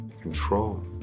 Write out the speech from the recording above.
Control